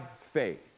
faith